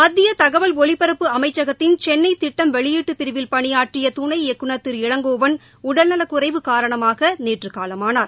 மத்திய தகவல் ஒலிபரப்பு அமைச்சகத்தின் சென்னை திட்டம் வெளியீட்டுப் பிரிவில் பணியாற்றிய துணை இயக்குநர் திரு இளங்கோவன் உடல்நலக்குறைவு காரணமாக நேற்று காலமானார்